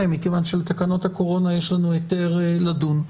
מכיוון שבתקנות הקורונה יש לנו היתר לדון.